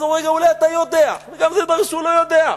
אז אמרו שאולי הוא יודע, אבל מתברר שהוא לא יודע.